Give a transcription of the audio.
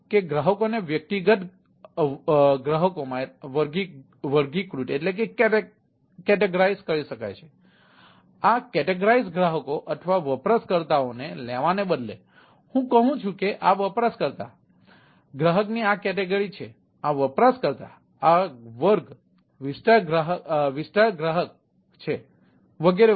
આ વ્યક્તિગત ગ્રાહકો અથવા વપરાશકર્તાઓને લેવાને બદલે હું કહું છું કે આ વપરાશકર્તા ગ્રાહકની આ કેટેગરી છે આ વપરાશકર્તા આ વર્ગ વિસ્તારગ્રાહક છે વગેરે વગેરે